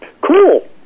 cool